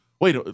wait